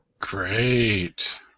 great